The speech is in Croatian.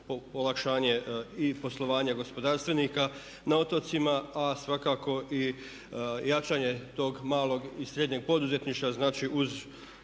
olakšanje i poslovanje gospodarstvenika na otocima a svakako i jačanje tog malog i srednjeg poduzetništva. Znači uz